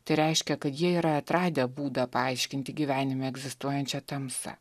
tai reiškia kad jie yra atradę būdą paaiškinti gyvenime egzistuojančią tamsą